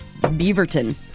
Beaverton